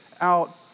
out